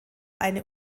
eine